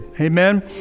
amen